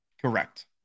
Correct